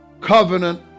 covenant